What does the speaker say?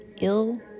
ill